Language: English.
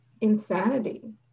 insanity